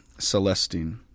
Celestine